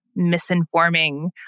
misinforming